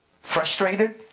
frustrated